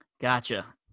Gotcha